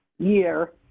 Year